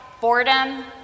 boredom